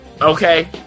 okay